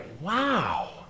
Wow